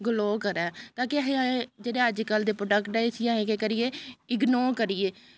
glow करै ता कि असें जेह्ड़े अजकल्ल दे प्रोडक्ट ऐ इस्सी असें केह् करियै इग्नोर करियै